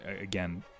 Again